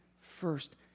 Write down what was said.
first